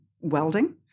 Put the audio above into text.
welding